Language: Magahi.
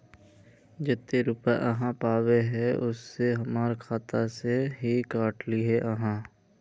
जयते रुपया आहाँ पाबे है उ पैसा हमर खाता से हि काट लिये आहाँ?